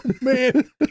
man